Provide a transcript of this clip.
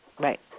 Right